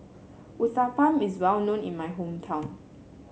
Uthapam is well known in my hometown